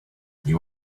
you